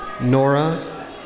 Nora